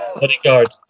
bodyguard